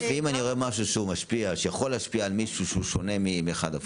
ואם אראה משהו שיכול להשפיע על מישהו שהוא שונה אנחנו נתייחס.